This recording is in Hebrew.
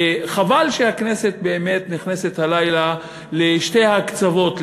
וחבל שהכנסת באמת נכנסת הלילה לשני הקצוות,